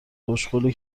خوشقوله